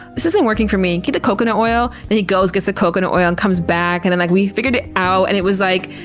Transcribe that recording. this isn't working for me. get the coconut oil? and he goes, gets the coconut oil and comes back and then like we figured it out and it was like,